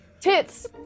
Tits